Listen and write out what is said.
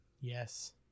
Yes